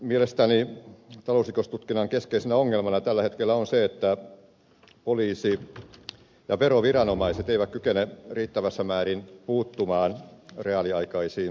mielestäni talousrikostutkinnan keskeisenä ongelmana tällä hetkellä on se että poliisi ja veroviranomaiset eivät kykene riittävässä määrin puuttumaan reaaliaikaisiin talousrikosasioihin